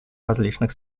различных